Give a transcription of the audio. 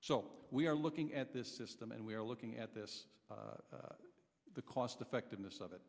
so we are looking at this system and we are looking at this the cost effectiveness of it